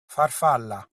farfalla